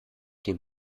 den